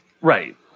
right